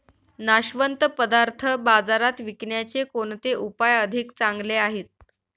नाशवंत पदार्थ बाजारात विकण्याचे कोणते उपाय अधिक चांगले आहेत?